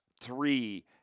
three